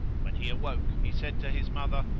when he awoke, he said to his mother,